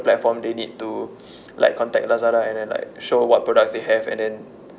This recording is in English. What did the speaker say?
platform they need to like contact lazada and then like show what products they have and then